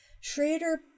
Schrader